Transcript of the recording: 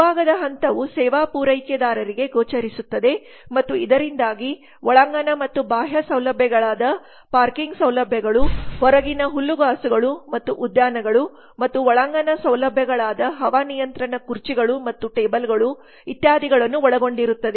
ಮುಂಭಾಗದ ಹಂತವು ಸೇವಾ ಪೂರೈಕೆದಾರರಿಗೆ ಗೋಚರಿಸುತ್ತದೆ ಮತ್ತು ಇದರಿಂದಾಗಿ ಒಳಾಂಗಣ ಮತ್ತು ಬಾಹ್ಯ ಸೌಲಭ್ಯಗಳಾದ ಪಾರ್ಕಿಂಗ್ ಸೌಲಭ್ಯಗಳು ಹೊರಗಿನ ಹುಲ್ಲುಹಾಸುಗಳು ಮತ್ತು ಉದ್ಯಾನಗಳು ಮತ್ತು ಒಳಾಂಗಣ ಸೌಲಭ್ಯಗಳಾದ ಹವಾ ನಿಯಂತ್ರಣಗಳು ಕುರ್ಚಿಗಳು ಮತ್ತು ಟೇಬಲ್ಗಳು ಇತ್ಯಾದಿಗಳನ್ನು ಒಳಗೊಂಡಿರುತ್ತದೆ